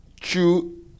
chew